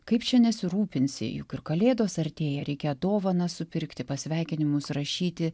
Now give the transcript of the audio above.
kaip čia nesirūpinsi juk ir kalėdos artėja reikia dovanas supirkti pasveikinimus rašyti